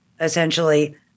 essentially